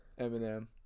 eminem